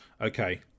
okay